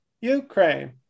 Ukraine